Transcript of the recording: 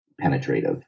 penetrative